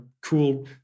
cool